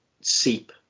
seep